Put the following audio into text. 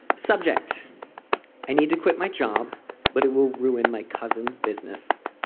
subject i need to quit my job but it will ruin my cousins business.